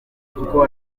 kuko